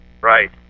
Right